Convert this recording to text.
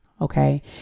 okay